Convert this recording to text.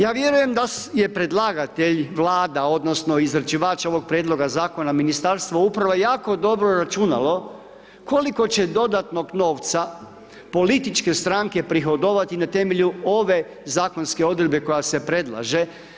Ja vjerujem da je predlagatelj Vlada odnosno izrađivač ovog prijedloga zakona Ministarstvo uprave, jako dobro računalo koliko će dodatnog novca političke stranke prihodovati na temelju ove zakonske odredbe koja se predlaže.